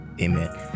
Amen